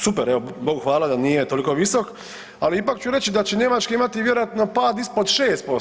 Super, evo Bogu hvala da nije toliko visok, al ipak ću reći da će Njemačka imati vjerojatno pad ispod 6%